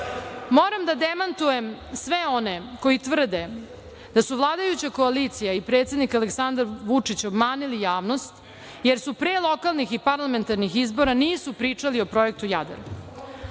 Moram da demantujem sve one koji tvrde da su vladajuća koalicija i predsednik Aleksandar Vučić obmanuli javnost, jer pre lokalnih i parlamentarnih izbora nisu pričali o projektu „Jadar“,